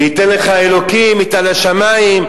"ויתן לך האלהים מטל השמים",